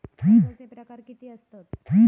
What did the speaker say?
कर्जाचे प्रकार कीती असतत?